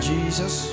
Jesus